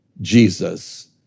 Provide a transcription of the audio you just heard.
Jesus